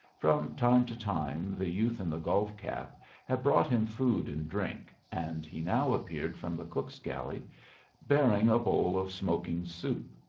from time to time the youth in the golf cap had brought him food and drink, and he now appeared from the cook's galley bearing a bowl of smoking soup.